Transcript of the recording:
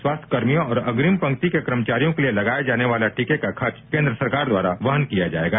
स्वास्थ्यकर्मी और अग्रिम पंक्ति के कर्मचारियों के लिए लगाए जाने वाला टीके के खर्च केन्द्र सरकार वहन किया जाएगा